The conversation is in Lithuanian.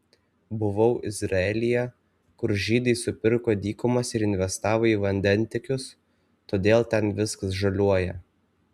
buvau izraelyje kur žydai supirko dykumas ir investavo į vandentiekius todėl ten viskas žaliuoja